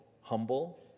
humble